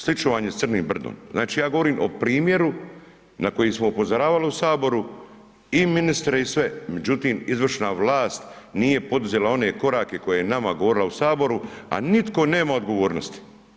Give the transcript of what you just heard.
Slično vam je s Crnim brdom, znači ja govorim o primjeru na koji smo upozoravali u Saboru i ministre i sve, međutim izvršna vlast nije poduzela one korake koje je nama govorila u Saboru, a nitko nema odgovornosti.